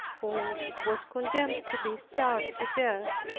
who was condemned to be starved to death,